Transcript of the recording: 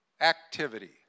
activity